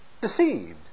deceived